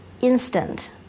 instant